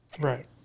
Right